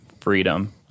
Freedom